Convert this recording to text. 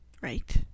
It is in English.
right